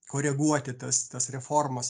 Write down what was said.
koreguoti tas tas reformas